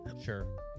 sure